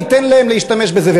ניתן להם להשתמש בזה.